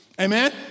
amen